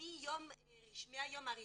מהיום הראשון.